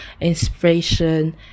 inspiration